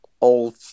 old